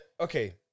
Okay